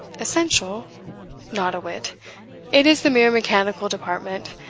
essential not a whit it is the mere mechanical department.